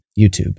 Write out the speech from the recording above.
YouTube